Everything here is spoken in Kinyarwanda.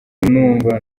numva